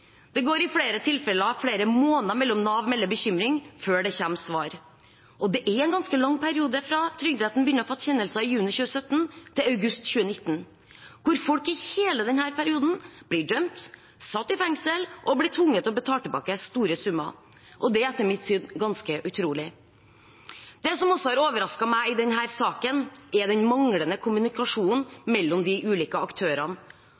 Det går i flere tilfeller flere måneder fra Nav melder bekymring, til det kommer svar. Det er en ganske lang periode fra Trygderetten begynner å fatte kjennelser i juni 2017, til august 2019, hvor folk i hele denne perioden blir dømt, satt i fengsel og blir tvunget til å betale tilbake store summer. Det er etter mitt syn ganske utrolig. Det som også har overrasket meg i denne saken, er den manglende kommunikasjonen mellom de ulike aktørene,